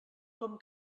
com